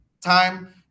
time